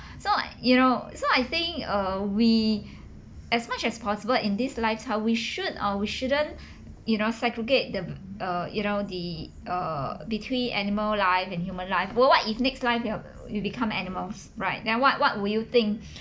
so you know so I think uh we as much as possible in this life how we should or we shouldn't you know segregate the err you know the err between animal life and human life well what if next life we become animals right then what what will you think